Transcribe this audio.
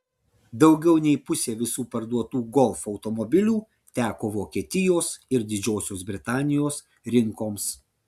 daugiau nei pusė visų parduotų golf automobilių teko vokietijos ir didžiosios britanijos rinkoms